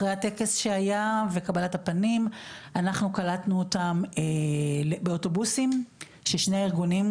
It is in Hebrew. אחרי הטקס שהיה וקבלת הפנים אנחנו קלטנו אותם באוטובוסים ששני הארגונים,